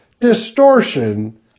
distortion